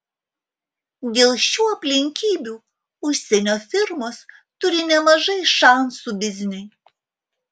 dėl šių aplinkybių užsienio firmos turi nemažai šansų bizniui